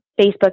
Facebook